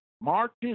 marches